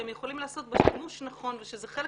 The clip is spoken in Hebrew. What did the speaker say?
שהם יכולים לעשות בה שימוש נכון ושזה חלק